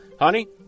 Honey